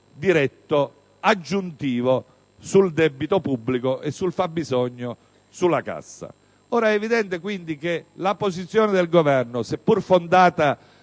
diretto aggiuntivo sul debito pubblico e sul fabbisogno, sulla cassa. È evidente quindi che la posizione del Governo, seppur fondata